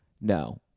No